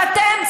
ואתם,